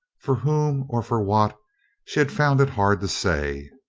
for whom or for what she had found it hard to say.